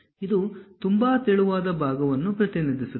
ಅದೇ ರೀತಿ ನಾವು ಪ್ರತಿನಿಧಿಸುವಾಗ ಈ ವಸ್ತುವನ್ನು ಪ್ರಾತಿನಿಧ್ಯವಾಗಿ ತೋರಿಸಬೇಕಾಗುತ್ತದೆ